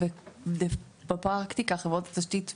אני הבנתי שהסתייגות 21, 22 נמשכו,